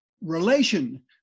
relation